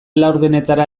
laurdenetara